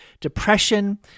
depression